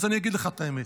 אז אני אגיד לך את האמת: